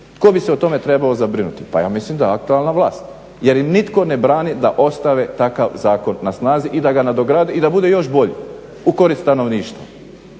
Tko bi se o tome trebao zabrinuti, pa ja mislim da aktualna vlast jer im nitko ne brani da ostave takav zakon na snazi i da ga nadograde i da bude još bolji u korist stanovništva